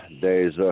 days